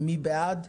מי בעד?